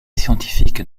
scientifique